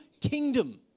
kingdom